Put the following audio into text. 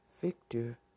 Victor